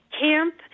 camp